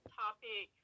topic